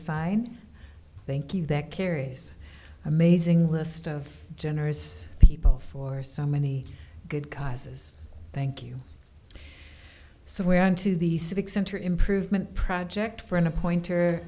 fine thank you that carries amazing list of generous people for so many good causes thank you so we're on to the civic center improvement project for an a